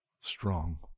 Strong